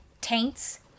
taints